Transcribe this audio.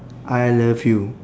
I love you